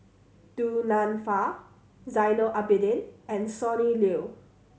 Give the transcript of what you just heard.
Du Nanfa Zainal Abidin and Sonny Liew